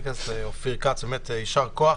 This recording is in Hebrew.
תודה רבה, חבר הכנסת אופיר כץ, באמת יישר כוח,